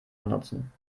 benutzen